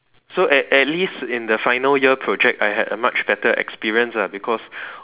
so at at least in the final year project I had a much better experience ah because